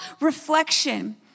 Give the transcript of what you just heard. reflection